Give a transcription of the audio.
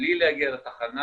בלי להגיע לתחנה,